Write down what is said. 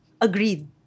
agreed